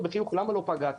שאלתי אותו בחיוך: למה לא פגעת?